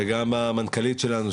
וגם המנכ"לית שלנו,